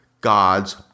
God's